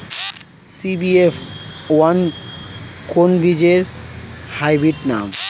CBF one কোন বীজের hybrid নাম?